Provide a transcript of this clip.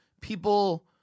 people